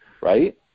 right